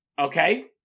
okay